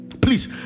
please